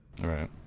Right